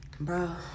Bro